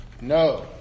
No